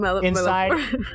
inside